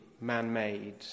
man-made